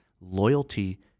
loyalty